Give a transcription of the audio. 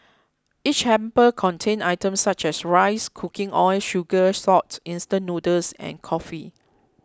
each hamper contained items such as rice cooking oil sugar salt instant noodles and coffee